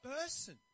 person